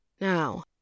Now